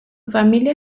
familia